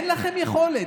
אין לכם יכולת.